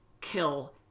kill